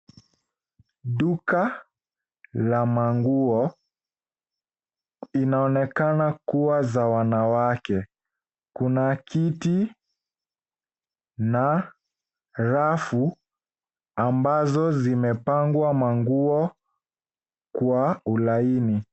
Duka la manguo, inaonekana kuwa za wanawake. Kuna kiti na rafu ambazo zimepangwa manguo kwa ulaini.